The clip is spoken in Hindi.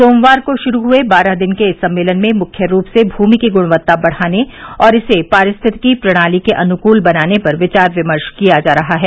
सोमवार को शुरु हुए बारह दिन के इस सम्मेलन में मुख्य रूप से भूमि की गुणवत्ता बढ़ाने और इसे पारिस्थितिकी प्रणाली के अनुकूल बनाने पर विचार विमर्श किया जा रहा है